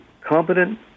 competent